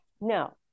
No